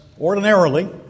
Ordinarily